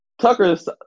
tucker's